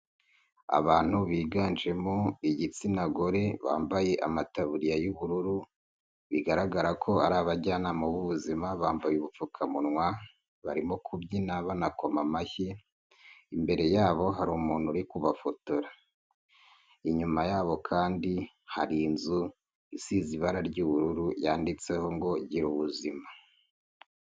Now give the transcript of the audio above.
Abantu biganjemo igitsina gore, bambaye amataburiya y'ubururu, bigaragara ko ari abajyanama b'ubuzima, bambaye ubupfukamunwa barimo kubyina banakoma amashyi, imbere yabo hari umuntu uri kubafotora. Inyuma yabo kandi hari inzu isize ibara ry'ubururu yanditseho ngo gira ubuzima.